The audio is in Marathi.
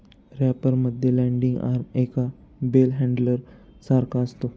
रॅपर मध्ये लँडिंग आर्म एका बेल हॅण्डलर सारखा असतो